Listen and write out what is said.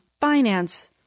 finance